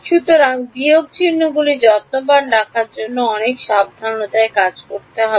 সুতরাং বিয়োগ চিহ্নগুলির যত্নবান রাখার জন্য অনেক সাবধানতার কাজ করতে হবে